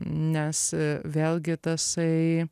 nes vėlgi tasai